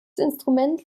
instrument